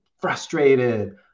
frustrated